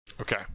Okay